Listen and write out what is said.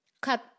cut